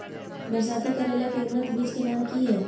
बरसाती करेला के उन्नत बिज के नाम की हैय?